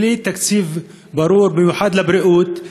בלי תקציב ברור במיוחד לבריאות.